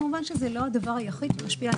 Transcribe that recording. כמובן שזה לא הדבר היחיד שמשפיע על